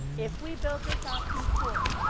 if we build this option school,